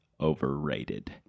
overrated